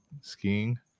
skiing